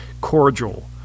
cordial